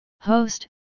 Host